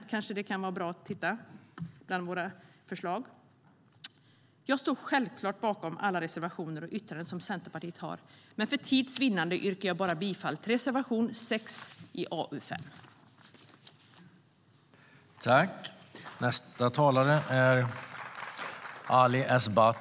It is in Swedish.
Det kanske kan vara bra att titta bland våra förslag.